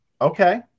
Okay